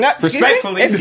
respectfully